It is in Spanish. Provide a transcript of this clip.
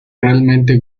realmente